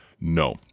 No